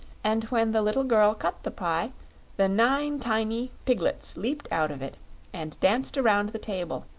and when the little girl cut the pie the nine tiny piglets leaped out of it and danced around the table,